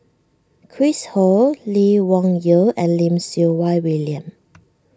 Chris Ho Lee Wung Yew and Lim Siew Wai William